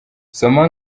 soma